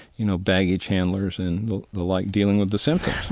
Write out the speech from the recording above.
you know, baggage handlers and the the like dealing with the symptoms